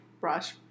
brush